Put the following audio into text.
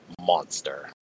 Monster